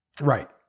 Right